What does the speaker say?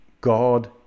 God